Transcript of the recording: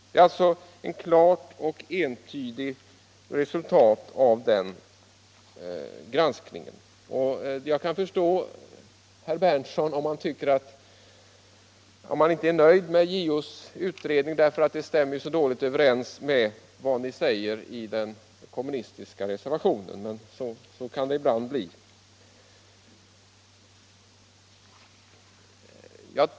Det är alltså ett klart och entydigt resultat av den granskningen. Jag kan förstå herr Berndtson om han inte är nöjd med JO:s utredning därför att den stämmer så dåligt överens med vad ni säger i den kommunistiska reservationen, men så kan det ibland bli.